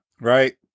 right